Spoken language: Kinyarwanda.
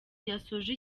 yasoje